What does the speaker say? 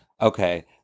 Okay